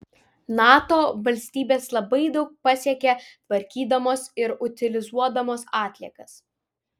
nato valstybės labai daug pasiekė tvarkydamos ir utilizuodamos atliekas